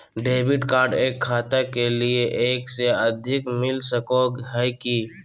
Debit card एक खाता के लिए एक से अधिक मिलता सको है की?